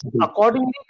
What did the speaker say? Accordingly